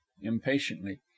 impatiently